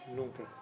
nunca